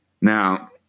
Now